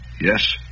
Yes